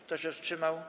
Kto się wstrzymał?